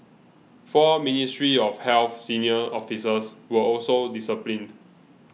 four Ministry of Health senior officers were also disciplined